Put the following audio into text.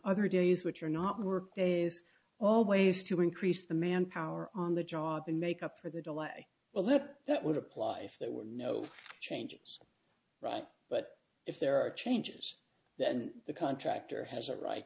other days which are not work days always to increase the manpower on the job and make up for the delay well if that would apply if there were no changes right but if there are changes then the contractor has a right